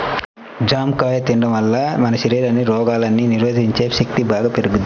జాంకాయ తిండం వల్ల మన శరీరానికి రోగాల్ని నిరోధించే శక్తి బాగా పెరుగుద్ది